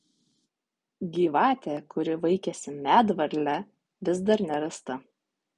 gyvatė kuri vaikėsi medvarlę vis dar nerasta